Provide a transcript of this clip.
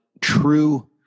true